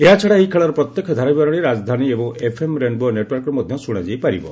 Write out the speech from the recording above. ଏହାଛଡ଼ା ଏହି ଖେଳର ପ୍ରତ୍ୟକ୍ଷ ଧାରାବିବରଣୀ ରାଜଧାନୀ ଏବଂ ଏଫ୍ଏମ୍ ରେନ୍ବୋ ନେଟୱାର୍କରେ ମଧ୍ୟ ଶୁଣାଯାଇ ପାରିବ